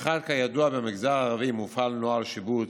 כידוע, במגזר הערבי מופעל נוהל שיבוץ,